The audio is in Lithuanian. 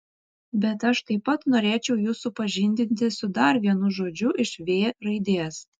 bet aš taip pat norėčiau jus supažindinti su dar vienu žodžiu iš v raidės